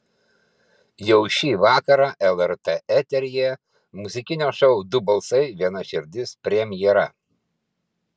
jau šį vakarą lrt eteryje muzikinio šou du balsai viena širdis premjera